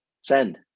send